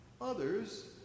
others